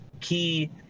key